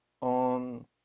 on